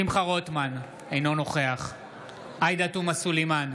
שמחה רוטמן, אינו נוכח עאידה תומא סלימאן,